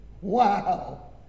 Wow